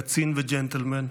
קצין וג'נטלמן,